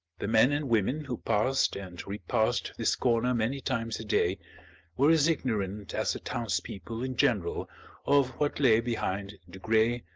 the men and women who passed and repassed this corner many times a day were as ignorant as the townspeople in general of what lay behind the grey,